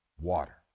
water